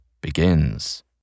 begins